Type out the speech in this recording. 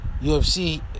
UFC